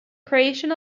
creation